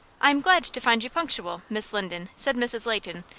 i am glad to find you punctual, miss linden, said mrs. leighton,